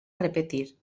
repetir